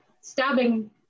stabbing